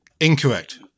Incorrect